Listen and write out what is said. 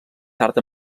tard